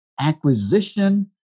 acquisition